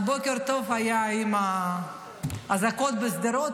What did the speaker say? הבוקר טוב היה עם האזעקות בשדרות,